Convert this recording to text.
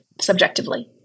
subjectively